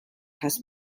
has